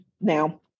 now